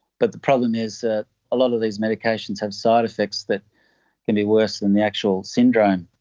but the problem is that a lot of these medications have side effects that can be worse than the actual syndrome.